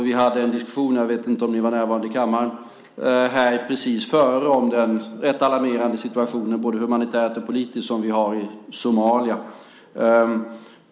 Vi hade en diskussion precis innan den här interpellationen, jag vet inte om ni var närvarande i kammaren, om den rätt alarmerande situationen både humanitärt och politiskt i Somalia.